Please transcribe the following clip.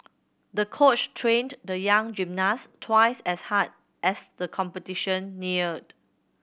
the coach trained the young gymnast twice as hard as the competition neared